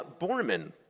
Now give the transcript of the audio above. Borman